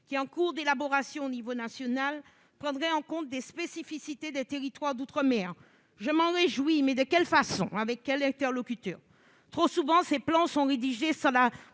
en cours d'élaboration à l'échelon national, prendrait en considération les spécificités des territoires d'outre-mer. Je m'en réjouis, mais de quelle façon, et avec quels interlocuteurs ? Trop souvent, ces plans sont rédigés sans